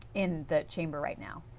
in the chamber right now.